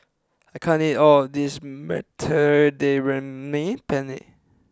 I can't eat all of this Mediterranean Penne